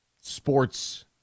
sports